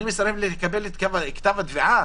את כתב התביעה,